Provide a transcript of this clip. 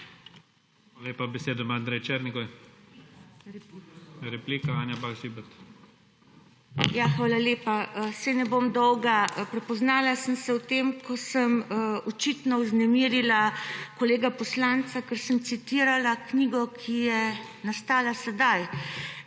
(PS SDS): Hvala lepa. Saj ne bom dolga. Prepoznala sem se v tem, ko sem očitno vznemirila kolega poslanca, ker sem citirala knjigo, ki je nastala sedaj